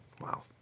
Wow